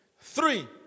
Three